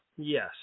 Yes